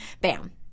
bam